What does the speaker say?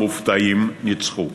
המופתעים ניצחו.